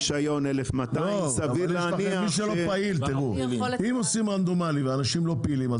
אם עושים רנדומלי ואנשים לא פעילים,